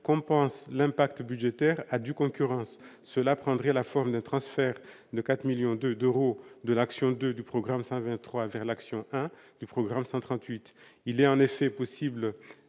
compense l'impact budgétaire à due concurrence, cela prendra la forme d'un transfert de 4 millions de d'euros de l'action de du programme 123 vers l'action du programme 138, il est en effet possible